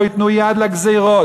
שלא ייתנו יד לגזירות.